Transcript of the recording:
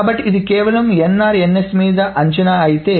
కాబట్టిఇది కేవలం మీద అంచనా అంతే